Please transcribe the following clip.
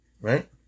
Right